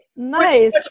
Nice